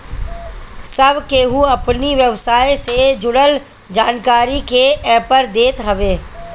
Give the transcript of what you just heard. सब केहू अपनी व्यवसाय से जुड़ल जानकारी के एपर देत हवे